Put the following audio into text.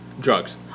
Drugs